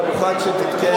אתה מוכן שתתקיים,